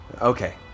Okay